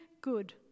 good